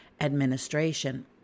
administration